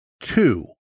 two